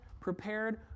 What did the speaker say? prepared